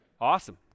Awesome